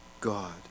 God